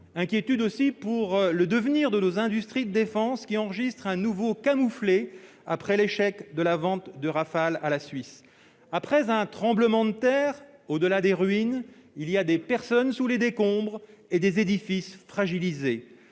inquiets pour le devenir de nos industries de défense, qui enregistrent un nouveau camouflet après l'échec de la vente de Rafale à la Suisse. Après un tremblement de terre, outre des ruines, il y a des personnes sous les décombres et des édifices fragilisés.